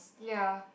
ya